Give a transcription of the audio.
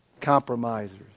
compromisers